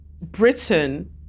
Britain